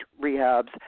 rehabs